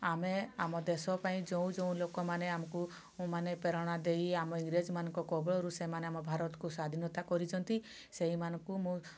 ଆମେ ଆମ ଦେଶ ପାଇଁ ଯେଉଁ ଯେଉଁ ଲୋକମାନେ ଆମକୁ ମାନେ ପ୍ରେରଣା ଦେଇ ଆମ ଇଂରେଜମାନଙ୍କ କବଳରୁ ସେମାନେ ଆମ ଭାରତକୁ ସ୍ୱାଧୀନତା କରିଛନ୍ତି ସେଇମାନଙ୍କୁ ମୁଁ